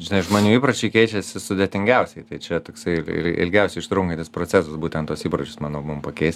žinai žmonių įpročiai keičiasi sudėtingiausiai tai čia toksai i ilgiausiai užtrunkantis procesas būtent tuos įpročius manau mum pakeis